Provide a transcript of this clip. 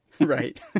right